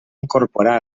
incorporar